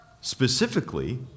Specifically